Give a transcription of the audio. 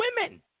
women